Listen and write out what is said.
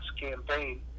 campaign